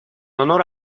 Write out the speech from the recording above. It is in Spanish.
honor